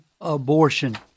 abortion